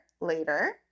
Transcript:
later